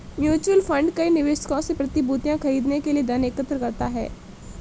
mutual fund कई निवेशकों से प्रतिभूतियां खरीदने के लिए धन एकत्र करता है